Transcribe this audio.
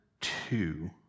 two